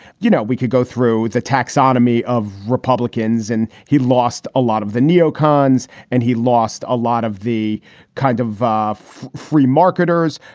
you know, we could go through the taxonomy of republicans and he lost a lot of the neo-cons and he lost a lot of the kind of free marketers.